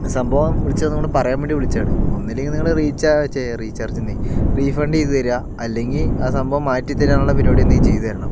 സംഭവം വിളിച്ചത് ഇത് അങ്ങോട്ട് പറയാൻ വേണ്ടി വിളിച്ചതാണ് ഒന്നല്ലെങ്കിൽ നിങ്ങൾ റീചാർജ് ശേ റീചാർജെന്നെ റീഫണ്ട് ചെയ്തു തരുക അല്ലെങ്കിൽ ആ സംഭവം മാറ്റി തരാനുള്ള പരിപാടി എന്തെങ്കിലും ചെയ്തു തരണം